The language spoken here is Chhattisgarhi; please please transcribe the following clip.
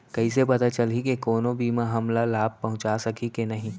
कइसे पता चलही के कोनो बीमा हमला लाभ पहूँचा सकही के नही